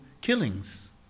killings